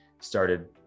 started